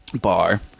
Bar